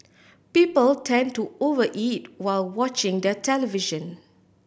people tend to over eat while watching the television